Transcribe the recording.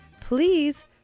please